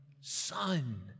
Son